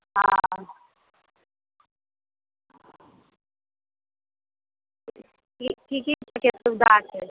हँ की की के सुबिधा छै